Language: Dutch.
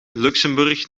luxemburg